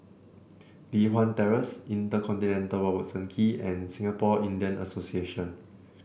Li Hwan Terrace InterContinental Robertson Quay and Singapore Indian Association